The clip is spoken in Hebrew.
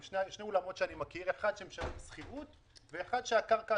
(3)הושלמה במשרד פקיד השומה קליטת דוח לשנת 2019 לאחר שהוגשה תביעה